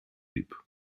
liep